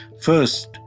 First